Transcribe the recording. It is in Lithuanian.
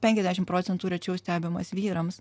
penkiasdešim procentų rečiau stebimas vyrams